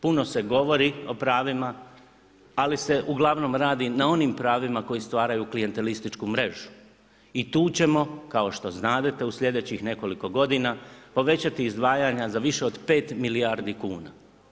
Puno se govori o pravima, ali se uglavnom radi na onim pravima koji stvaraju klijentelističku mrežu i tu ćemo kao što znadete u sljedećih nekoliko godina povećati izdvajanja za više od pet milijardi kuna.